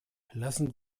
lassen